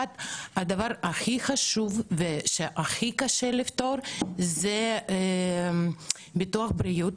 הדבר הכי חשוב וקשה לפתירה זה ביטוח בריאות,